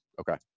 Okay